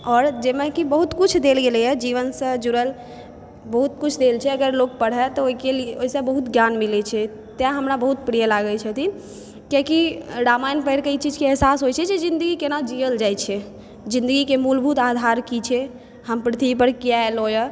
आओर जाहिमे कि बहुत किछु देल गेलै हँ जीवनसँ जुड़ल बहुत किछु देल छै अगर लोक पढ़ै तऽ ओहि के लिए ओहिसँ बहुत ज्ञान मिलै छै तैं हमरा बहुत प्रिय लागै छथिन कियाकि रामायण पढ़िकऽ एही चीजके एहसास होइ छै जे जिन्दगी कोना जियल जाइ छै जिन्दगीके मूलभूत आधार कि छै हम पृथ्वीपर किए अएलहुँ यऽ